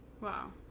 Wow